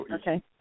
okay